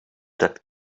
that